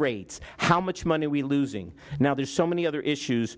rates how much money are we losing now there's so many other issues